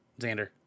Xander